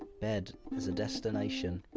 bed as a destination.